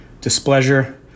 displeasure